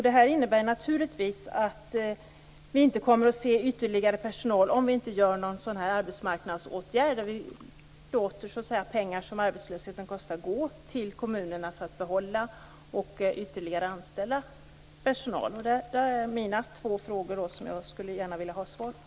Detta innebär naturligtvis att vi inte kommer att se ytterligare personal om vi inte vidtar någon arbetsmarknadsåtgärd då vi låter pengar som arbetslösheten kostar gå till kommunerna för att behålla och ytterligare anställa personal. Det är mina frågor som jag gärna skulle vilja ha svar på.